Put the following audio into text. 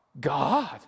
God